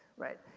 right.